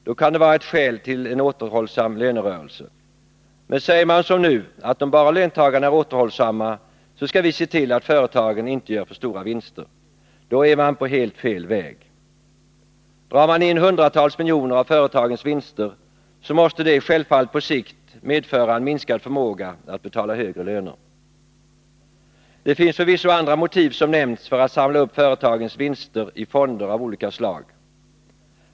Då kan det vara ett skäl till en återhållsam lönerörelse. Men säger man som nu, att om bara löntagarna är återhållsamma så skall vi se till att företagen inte gör för stora vinster, är man på helt fel väg. Drar man in hundratals miljoner av företagens vinster, måste det självfallet på sikt medföra en minskad förmåga att betala högre löner. Det finns förvisso andra motiv som nämnts för att samla upp företagens vinster i fonder av olika slag.